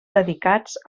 dedicats